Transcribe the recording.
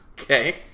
Okay